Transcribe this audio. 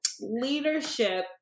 leadership